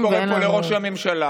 אני קורא פה לראש הממשלה: